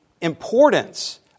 importance